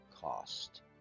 cost